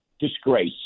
disgrace